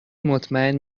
مطمئن